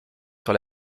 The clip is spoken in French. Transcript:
sur